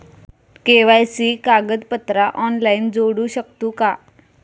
KYC कागदपत्रा online जोडू शकतू का?